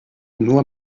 nur